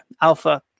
Alpha